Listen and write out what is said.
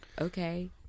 Okay